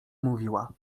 mówiła